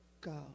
go